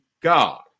God